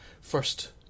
first